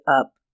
up